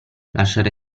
lasciare